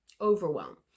overwhelm